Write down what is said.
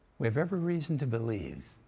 we have every reason to believe.